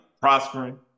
prospering